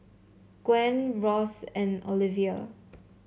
Gwen Ross and Ovila